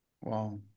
Wow